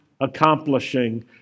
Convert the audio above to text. accomplishing